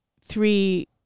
three